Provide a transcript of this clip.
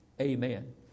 Amen